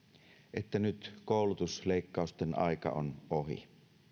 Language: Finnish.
että nyt koulutusleikkausten aika on ohi